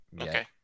Okay